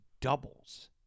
doubles